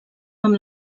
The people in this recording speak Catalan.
amb